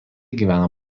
gyvena